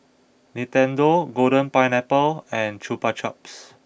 Nintendo Golden Pineapple and Chupa Chups